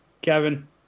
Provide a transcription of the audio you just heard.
Kevin